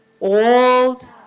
Old